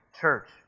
church